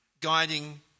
guiding